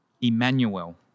Emmanuel